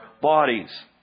bodies